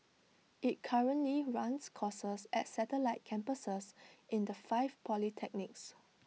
IT currently runs courses at satellite campuses in the five polytechnics